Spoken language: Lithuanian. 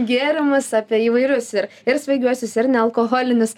gėrimus apie įvairius ir ir svaigiuosius ir nealkoholinis